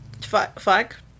fuck